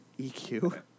EQ